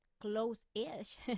close-ish